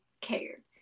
cared